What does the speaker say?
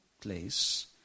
place